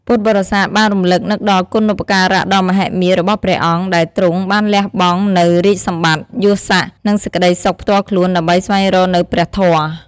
ពុទ្ធបរិស័ទបានរឭកនឹកដល់គុណូបការៈដ៏មហិមារបស់ព្រះអង្គ ដែលទ្រង់បានលះបង់នូវរាជសម្បត្តិ យសស័ក្ដិ និងសេចក្ដីសុខផ្ទាល់ខ្លួន ដើម្បីស្វែងរកនូវព្រះធម៌។